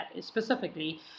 Specifically